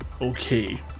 Okay